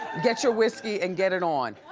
get your whiskey and get it on.